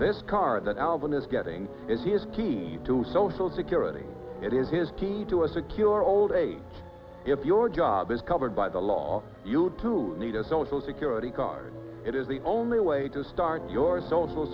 this card that alvin is getting is he is key to social security it is his team to a secure old age if your job is covered by the law you two need a social security card it is the only way to start your social